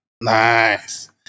nice